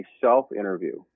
self-interview